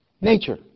Nature